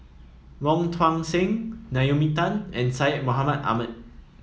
Wong Tuang Seng Naomi Tan and Syed Mohamed Ahmed